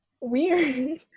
weird